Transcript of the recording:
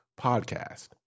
podcast